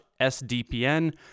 sdpn